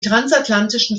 transatlantischen